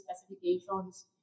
specifications